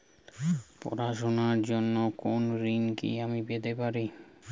পড়াশোনা র জন্য কোনো ঋণ কি আমি পেতে পারি?